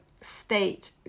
state